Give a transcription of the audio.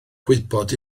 gwybod